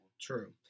True